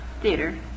Theater